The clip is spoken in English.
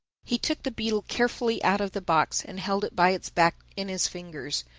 he took the beetle carefully out of the box and held it by its back in his fingers,